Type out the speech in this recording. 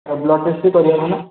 blood test ବି କରିହେବ ନା